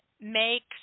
makes